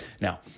Now